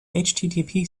http